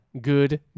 Good